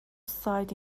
sight